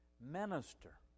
minister